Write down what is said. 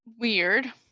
weird